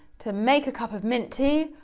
to make a cup of mint tea,